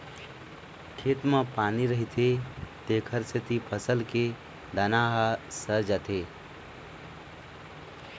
खेत म पानी रहिथे तेखर सेती फसल के दाना ह सर जाथे